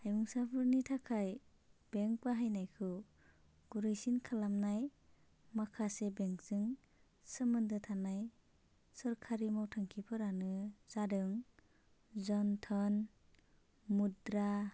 हायुंसाफोरनि थाखाय बेंक बाहायनायखौ गुरैसिन खालामनाय माखासे बेंकजों सोमोन्दो थानाय सोरखारि मावथांखिफोरानो जादों जान्थान मुद्रा